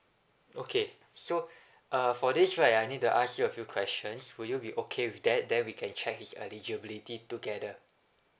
okay so uh for this right I need to ask you a few questions will you be okay with that then we can check his eligibility together